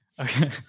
Okay